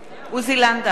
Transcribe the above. עוזי לנדאו,